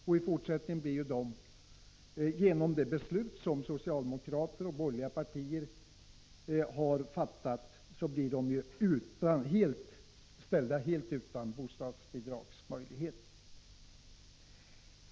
I fortsättningen kommer ju dessa hushåll, som en följd av det beslut som socialdemokrater och borgerliga partier har fattat, att inte ha någon möjlighet att få bostadsbidrag.